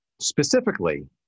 specifically